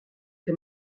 que